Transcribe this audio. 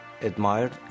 admired